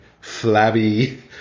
flabby